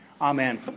Amen